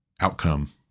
outcome